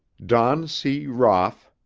don c. roff,